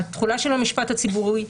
התחולה של המשפט הציבורי,